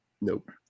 Nope